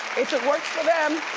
if it works for them,